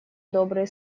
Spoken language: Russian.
добрые